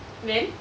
then